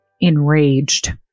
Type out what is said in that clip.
enraged